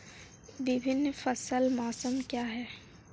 विभिन्न फसल मौसम क्या हैं?